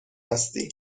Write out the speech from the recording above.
هستی